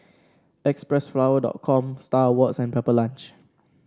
Xpressflower dot com Star Awards and Pepper Lunch